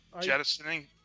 jettisoning